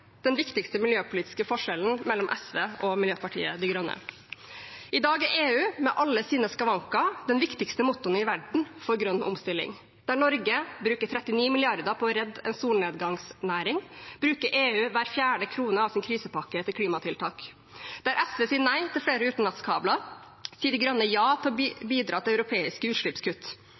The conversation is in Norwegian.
den viktigste miljøpolitiske forskjellen mellom SV og Miljøpartiet De Grønne. I dag er EU, med alle sine skavanker, den viktigste motoren i verden for grønn omstilling. Der Norge bruker 39 mrd. kr på å redde en solnedgangsnæring, bruker EU hver fjerde krone av krisepakken sin til klimatiltak. Der SV sier nei til flere utenlandskabler, sier De Grønne ja til å bidra til europeiske utslippskutt.